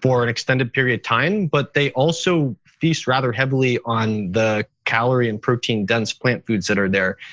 for an extended period of time. but they also feast rather heavily on the calorie and protein dense plant foods that are there.